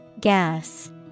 Gas